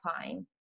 time